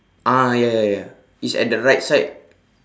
ah ya ya ya it's at the right side